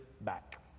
back